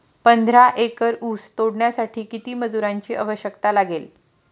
पंधरा एकर ऊस तोडण्यासाठी किती मजुरांची आवश्यकता लागेल?